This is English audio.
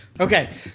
okay